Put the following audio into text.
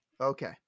Okay